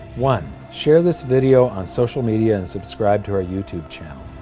one share this video on social media and subscribe to our youtube channel.